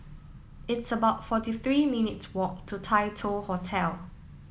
it's about forty three minutes' walk to Tai Hoe Hotel